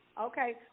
Okay